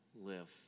live